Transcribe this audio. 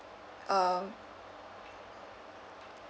um